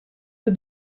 que